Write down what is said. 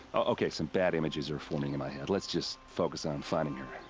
okay, some bad images are forming in my head. let's just. focus on finding her.